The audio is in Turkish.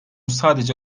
sadece